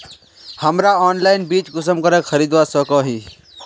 हमरा ऑनलाइन बीज कुंसम करे खरीदवा सको ही?